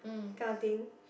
kind of thing